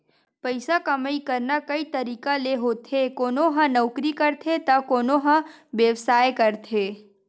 पइसा कमई करना कइ तरिका ले होथे कोनो ह नउकरी करथे त कोनो ह बेवसाय करथे